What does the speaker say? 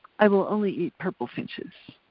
i will only eat purple finches.